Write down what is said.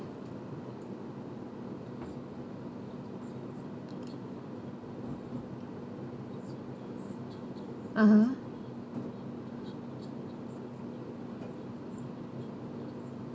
(uh huh)